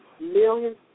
millions